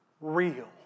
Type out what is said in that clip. real